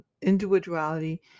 individuality